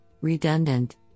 redundant